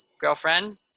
girlfriend